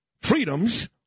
freedoms